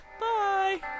Bye